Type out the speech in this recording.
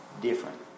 different